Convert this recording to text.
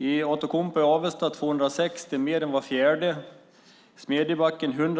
På Outokumpu i Avesta är de 260 - mer än var fjärde - i Smedjebacken,